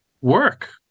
work